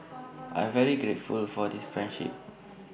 I'm very grateful for this friendship